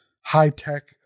high-tech